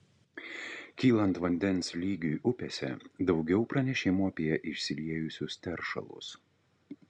kylant vandens lygiui upėse daugiau pranešimų apie išsiliejusius teršalus